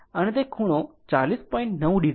આમ આ 40